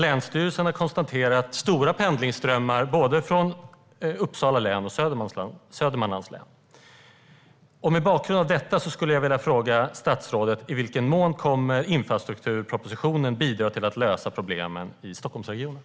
Länsstyrelsen har konstaterat stora pendlingsströmmar från både Uppsala län och Södermanlands län. Mot bakgrund av detta vill jag fråga statsrådet: I vilken mån kommer infrastrukturpropositionen att bidra till att lösa problemen i Stockholmsregionen?